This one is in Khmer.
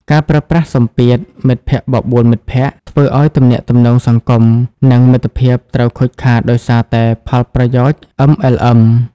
ការប្រើប្រាស់សម្ពាធ "មិត្តភក្តិបបួលមិត្តភក្តិ" ធ្វើឱ្យទំនាក់ទំនងសង្គម និងមិត្តភាពត្រូវខូចខាតដោយសារតែផលប្រយោជន៍ MLM។